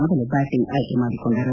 ಮೊದಲು ಬ್ಯಾಟಿಂಗ್ ಆಯ್ಲಿ ಮಾಡಿಕೊಂಡರು